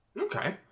Okay